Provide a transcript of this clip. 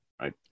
Right